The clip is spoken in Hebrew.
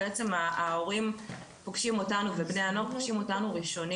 ההורים פגשים אותנו ובני הנוער פוגשים אותנו ראשונים